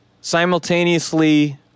simultaneously